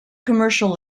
commercial